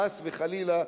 חס וחלילה,